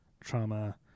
trauma